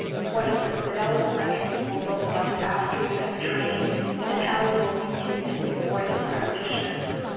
what your fidelity measures will look like after you have trained and how you will continue to support your practitioners,